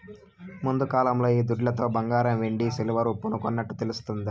ముందుకాలంలో ఈ దుడ్లతో బంగారం వెండి సిల్వర్ ఉప్పును కొన్నట్టు తెలుస్తాది